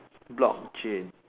block chain